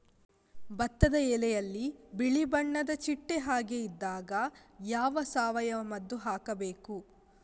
ಭತ್ತದ ಎಲೆಯಲ್ಲಿ ಬಿಳಿ ಬಣ್ಣದ ಚಿಟ್ಟೆ ಹಾಗೆ ಇದ್ದಾಗ ಯಾವ ಸಾವಯವ ಮದ್ದು ಹಾಕಬೇಕು?